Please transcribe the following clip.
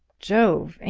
jove!